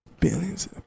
Billions